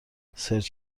سرچ